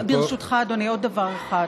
אבל ברשותך, אדוני, עוד דבר אחד,